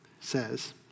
says